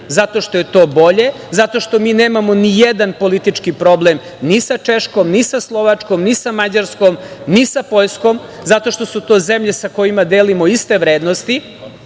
zato što je to bolje, zato što mi nemamo nijedan politički problem ni sa Češkom, ni sa Slovačkom, ni sa Mađarskom, ni sa Poljskom, zato što su to zemlje sa kojima delimo iste vrednosti